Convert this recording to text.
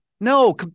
No